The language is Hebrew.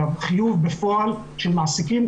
אלא חיוב בפועל של מעסיקים,